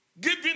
giving